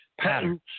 patterns